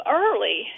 early